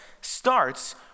starts